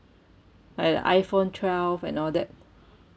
like the iphone twelve and all that